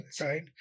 Right